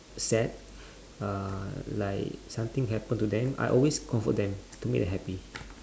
sad uh like something happen to them I always comfort them to make them happy